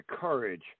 courage